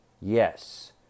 Yes